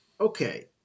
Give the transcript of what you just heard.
Okay